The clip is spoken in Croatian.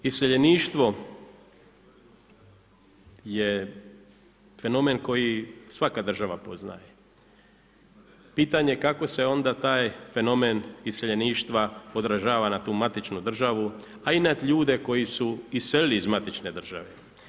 Naime, iseljeništvo je fenomen koji svaka država poznaje, pitanje kako se onda taj fenomen iseljeništva odražava na tu matičnu državu a i na ljude koji su iselili iz matične države.